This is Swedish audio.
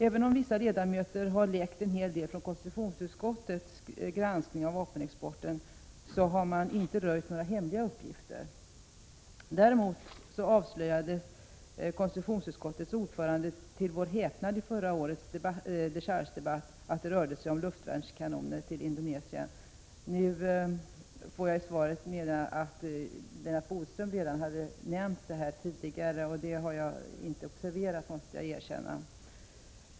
Även om vissa ledamöter har läckt en hel del från konstitutionsutskottets granskning av vapenexporten har inte några hemliga uppgifter röjts. Däremot avslöjade konstitutionsutskottets ordförande — till vår häpnad — i förra årets dechargedebatt att exporten rörde sig om luftvärnskanoner till Indonesien. Nu får jag veta i svaret att Lennart Bodström redan hade nämnt detta tidigare. Det har jag inte observerat, måste jag erkänna.